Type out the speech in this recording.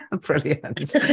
brilliant